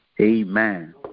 Amen